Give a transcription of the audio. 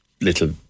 little